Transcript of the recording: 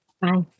Bye